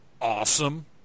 awesome